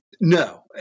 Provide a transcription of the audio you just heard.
no